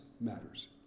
matters